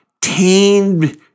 tamed